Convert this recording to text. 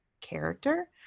character